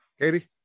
katie